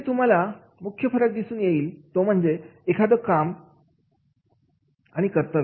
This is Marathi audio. येथे तुम्हाला मुख्य फरक दिसून येईल तो म्हणजे एखादं काम कर्तव्य